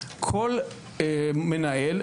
כל מנהל,